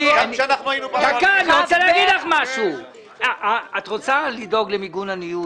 --- את רוצה לדאוג למיגון הניוד.